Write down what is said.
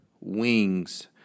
wings